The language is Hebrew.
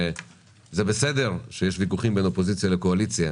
בסדר שיש ויכוחים בין אופוזיציה לקואליציה,